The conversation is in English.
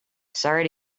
sorry